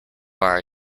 are